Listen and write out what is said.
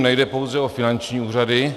Nejde pouze o finanční úřady.